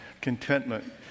Contentment